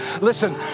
Listen